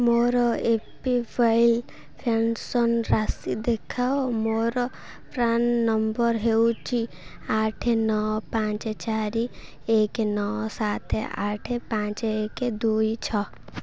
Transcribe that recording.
ମୋର A P Y pension ରାଶି ଦେଖାଅ ମୋର ପ୍ରାନ୍ ନମ୍ବର୍ ହେଉଛି ଆଠ ନଅ ପାଞ୍ଚ ଚାରି ଏକ ନଅ ସାତ ଆଠ ପାଞ୍ଚ ଏକ ଦୁଇ ଛଅ